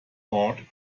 court